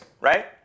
right